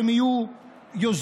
שהם יהיו יוזמים,